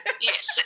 yes